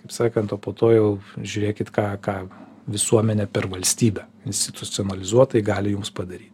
kaip sakant o po to jau žiūrėkit ką ką visuomenė per valstybę institucionalizuotai gali jums padaryt